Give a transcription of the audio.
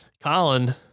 Colin